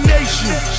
Nation